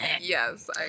Yes